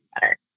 better